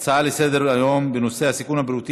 נעבור להצעות לסדר-היום בנושא: הסיכון הבריאותי